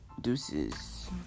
Deuces